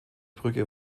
brücke